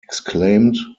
exclaimed